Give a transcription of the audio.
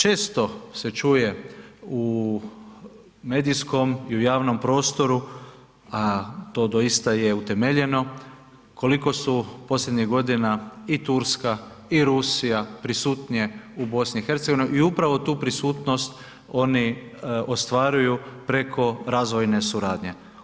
Često se čuje u medijskom i u javnom prostoru a to doista je utemeljeno, koliko su posljednjih godina i Turska i Rusija prisutnije u BiH-u i upravo tu prisutnost oni ostvaruju preko razvojne suradnje.